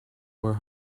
were